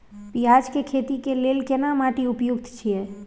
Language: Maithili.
पियाज के खेती के लेल केना माटी उपयुक्त छियै?